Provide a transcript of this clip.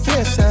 Yes